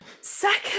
Second